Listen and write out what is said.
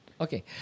Okay